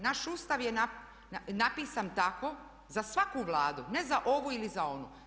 Naš Ustav je napisan tako za svaku Vladu, ne za ovu ili za onu.